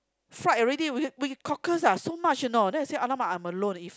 fried already with cockles ah so much you know then I say !alamak! I'm alone if